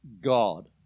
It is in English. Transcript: God